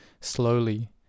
slowly